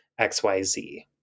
XYZ